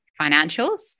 financials